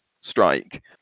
strike